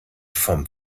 vom